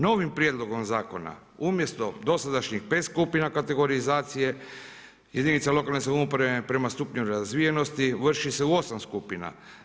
Novim prijedlogom zakona umjesto dosadašnjih pet skupina kategorizacije jedinica lokalne samouprave prema stupnju razvijenosti vrši se u osam skupina.